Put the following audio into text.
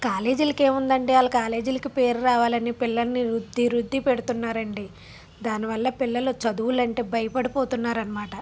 కాలేజీలకు ఏముందండి వాళ్ళు కాలేజీలకి పేరు రావాలని పిల్లల్ని రుద్ది రుద్ది పెడుతున్నారండి దానివల్ల పిల్లలు చదువులంటే భయపడిపోతున్నారు అనమాట